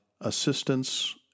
assistance